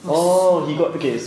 was so hard